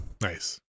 nice